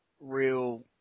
real